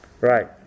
Right